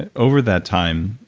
and over that time,